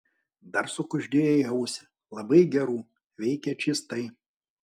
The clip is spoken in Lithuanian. dar sukuždėjo į ausį labai gerų veikia čystai